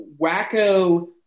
wacko